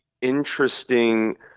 interesting